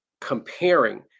comparing